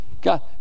God